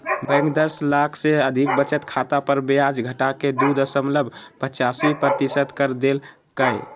bank दस लाख से अधिक बचत खाता पर ब्याज घटाके दू दशमलब पचासी प्रतिशत कर देल कय